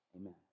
amen